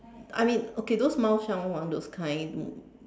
I mean okay those Mao Shan Wang those kind